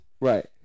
Right